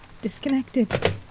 disconnected